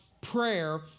prayer